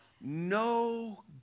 No